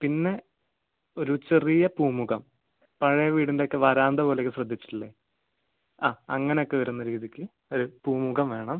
പിന്നെ ഒരു ചെറിയ പൂമുഖം പഴയ വീടിൻ്റെയൊക്കെ വരാന്ത പോലെയൊക്കെ ശ്രദ്ധിച്ചിട്ടില്ലേ ആ അങ്ങനെയൊക്കെ വരുന്ന രീതിയ്ക്ക് ഒരു പൂമുഖം വേണം